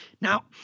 Now